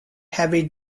heavy